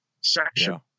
section